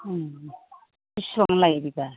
बेसेबां लायो बेबा